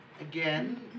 again